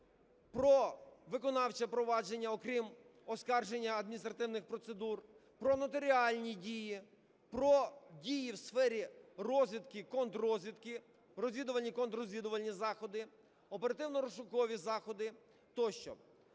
про виконавче провадження, окрім оскарження адміністративних процедур, про нотаріальні дії, про дії в сфері розвідки і контррозвідки, розвідувальні і контррозвідувальні заходи, оперативно-розшукові заходи тощо.